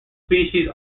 species